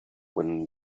when